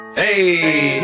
hey